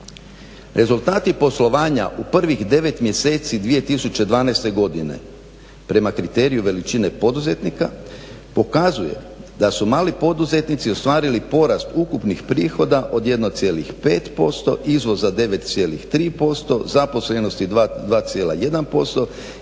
Rezultati poslovanja u prvih 9 mjeseci 2012.godine prema kriteriju veličine poduzetnika pokazuje da su mali poduzetnici ostvarili porast ukupnih prihoda od 1,5% ivzoza 9,3%, zaposlenosti 2,1%,